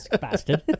Bastard